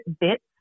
bits